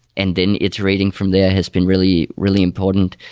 and then its rating from there has been really really important.